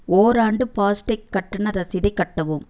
ஓர் ஆண்டு ஃபாஸ்டேக் கட்டண ரசீதைக் காட்டவும்